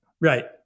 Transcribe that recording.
Right